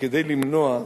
שכדי למנוע,